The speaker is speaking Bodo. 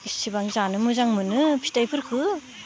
इसिबां जानो मोजां मोनो फिथाइफोरखो